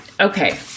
okay